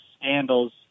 scandals